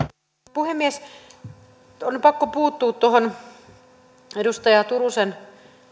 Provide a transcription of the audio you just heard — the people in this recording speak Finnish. puhemies on pakko puuttua tuohon edustaja turusen